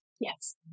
Yes